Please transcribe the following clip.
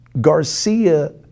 Garcia